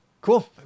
Cool